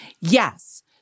Yes